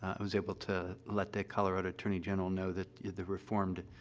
i was able to let the colorado attorney general know that the reformed,